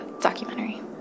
documentary